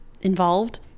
involved